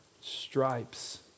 stripes